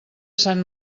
sant